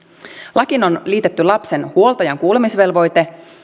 lakiin on liitetty lapsen huoltajan kuulemisvelvoite